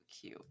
cute